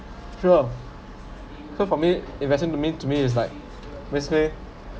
sure so for me investment to mean to me is like basically